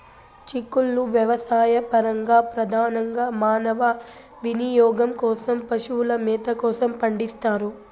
చిక్కుళ్ళు వ్యవసాయపరంగా, ప్రధానంగా మానవ వినియోగం కోసం, పశువుల మేత కోసం పండిస్తారు